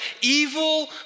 Evil